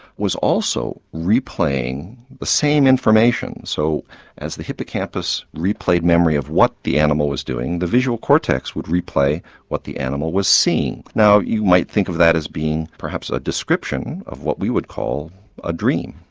was also replaying the same information. so as the hippocampus replayed memory of what the animal was doing, the visual cortex would replay what the animal was seeing. now you might think of that as being perhaps a description of what we would call a dream,